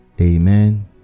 Amen